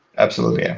absolutely, yeah.